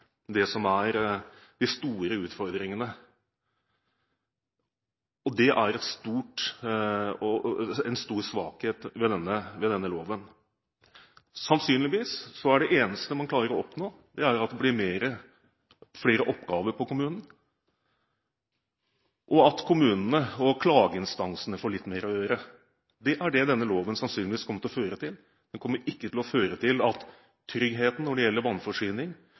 det som er de store utfordringene. Det er en stor svakhet ved denne loven. Sannsynligvis er det eneste man klarer å oppnå, at det blir flere oppgaver på kommunene, og at kommunene og klageinstansene får litt mer å gjøre. Det er det denne loven sannsynligvis kommer til å føre til. Den kommer ikke til å føre til trygghet når det gjelder vannforsyning